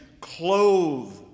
clothe